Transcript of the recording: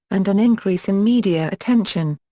and an increase in media attention.